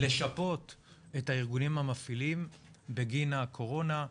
לשפות את הארגונים המפעילים בגין הקורונה.